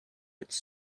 its